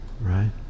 right